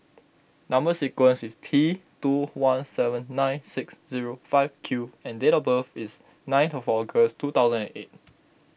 Number Sequence is T two one seven nine six zero five Q and date of birth is nine to August two thousand and eight